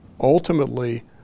ultimately